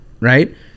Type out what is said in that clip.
Right